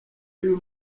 y’uyu